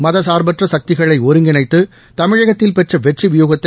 மதசார்பற்ற சக்திகளை ஒருங்கிணைத்து தமிழகத்தில் பெற்ற வெற்றி வியூகத்தை